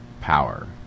power